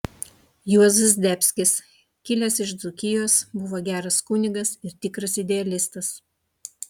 juozas zdebskis kilęs iš dzūkijos buvo geras kunigas ir tikras idealistas